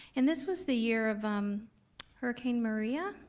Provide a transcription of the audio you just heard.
and this was the year of hurricane mariah,